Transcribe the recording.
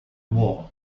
war